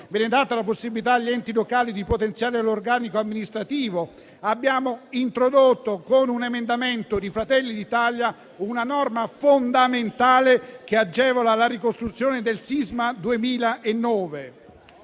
data la possibilità agli enti locali di potenziare l'organico amministrativo. Abbiamo introdotto con un emendamento di Fratelli d'Italia una norma fondamentale che agevola la ricostruzione del sisma 2009.